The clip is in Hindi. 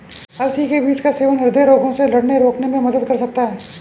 अलसी के बीज का सेवन हृदय रोगों से लड़ने रोकने में मदद कर सकता है